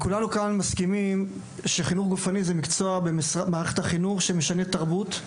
כולנו כאן מסכימים שחינוך גופני הוא מקצוע במערכת החינוך שמשנה תרבות.